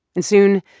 and soon,